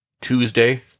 Tuesday